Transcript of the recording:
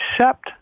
accept